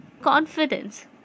confidence